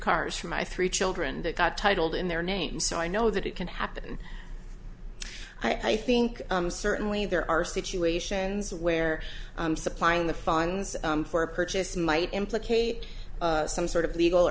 cars from my three children that got titled in their name so i know that it can happen i think certainly there are situations where supplying the funds for a purchase might implicate some sort of legal